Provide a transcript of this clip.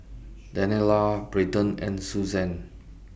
Daniela Braedon and Suzan